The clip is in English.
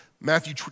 Matthew